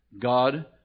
God